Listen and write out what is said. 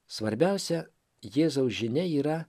svarbiausia jėzaus žinia yra